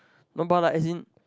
no but like as in